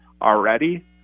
already